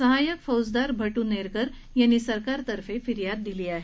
सहायक फौजदार भटू नेरकर यांनी सरकारतर्फे फिर्याद दिली आहे